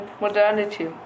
modernity